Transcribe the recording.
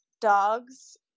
dogs